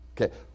Okay